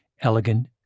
elegant